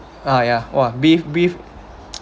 uh ya !wah! beef beef